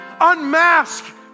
Unmask